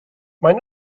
maen